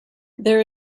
there